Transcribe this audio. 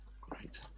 Great